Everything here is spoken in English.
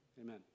Amen